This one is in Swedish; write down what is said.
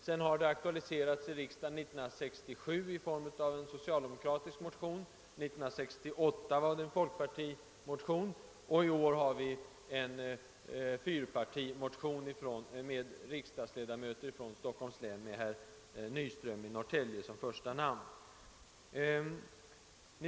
Sedan har den aktualiserats i riksdagen 1967 i form av en socialdemokratisk motion. 1968 väcktes en folkpartimotion, och i år har väckts en fyrpartimotion av iledamöter från Stockholms län med herr Nyström i Norrtälje som första namn.